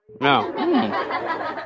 No